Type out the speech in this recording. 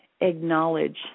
acknowledge